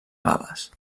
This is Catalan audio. gal·les